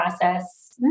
process